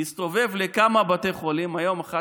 יסתובב בין כמה בתי חולים, היום אחד